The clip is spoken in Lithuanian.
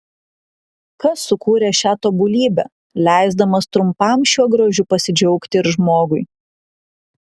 kas sukūrė šią tobulybę leisdamas trumpam šiuo grožiu pasidžiaugti ir žmogui